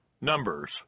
Numbers